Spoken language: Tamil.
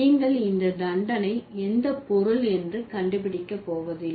நீங்கள் இந்த தண்டனை எந்த பொருள் என்று கண்டுபிடிக்க போவதில்லை